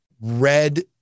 red